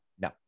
no